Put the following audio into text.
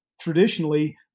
Traditionally